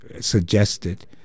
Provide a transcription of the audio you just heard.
suggested